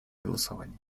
голосование